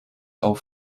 auf